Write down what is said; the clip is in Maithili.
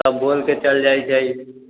सब बोलिके चलि जाइ छै